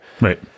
Right